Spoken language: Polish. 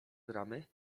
gramy